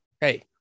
hey